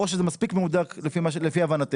או שזה מספיק מהודק לפי הבנתך?